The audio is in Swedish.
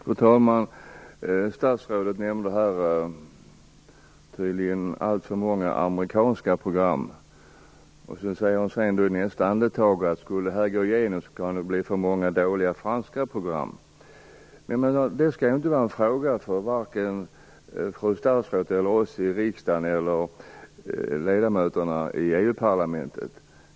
Fru talman! Statsrådet nämnde att det tydligen finns alltför många amerikanska program. I nästa andetag säger hon att om detta skulle gå igenom skulle det bli alltför många dåliga franska program. Men detta skall inte vara en fråga för statsrådet, för riksdagen eller för ledamöterna i EU-parlamentet!